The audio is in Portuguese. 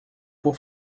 por